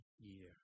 year